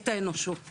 את האנושות.